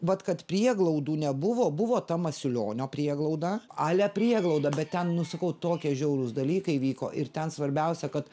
vat kad prieglaudų nebuvo buvo ta masiulionio prieglauda ale prieglauda bet ten nu sakau tokie žiaurūs dalykai vyko ir ten svarbiausia kad